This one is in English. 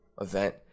event